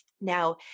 Now